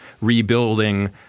rebuilding